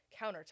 countertop